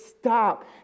stop